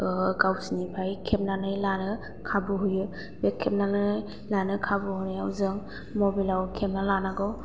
गावसिनिफ्राय खेबनानै लानो खाबु होयो बे खेबनानै लानो खाबु होनायाव जों मबाइलआव खेबना लानांगौ